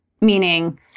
Meaning